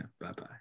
Bye-bye